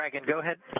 like and go ahead.